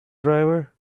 driver